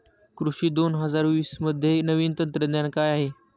कृषी दोन हजार वीसमध्ये नवीन तंत्रज्ञान काय आहे?